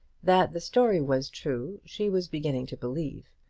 that the story was true she was beginning to believe.